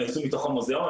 נעשו במוזיאון,